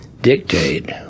dictate